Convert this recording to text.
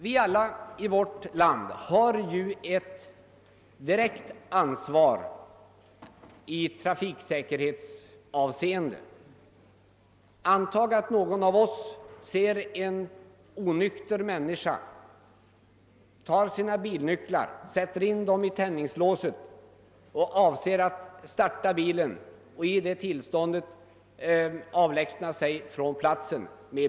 Vi har alla ett direkt ansvar i trafiksäkerhetsavseende. Antag att vi ser en onykter person sätta sina bilnycklar i tändningslåset och starta sin bil i avsikt att avlägsna sig från platsen.